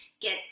Get